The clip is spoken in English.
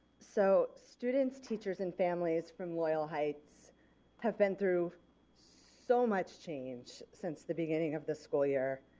so students, teachers and families from loyal heights have been through so much change since the beginning of the school year.